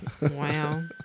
Wow